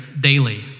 daily